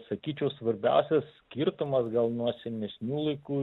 sakyčiau svarbiausias skirtumas gal nuo senesnių laikų